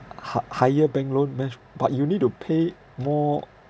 hi~ higher bank loan match but you need to pay more